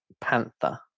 panther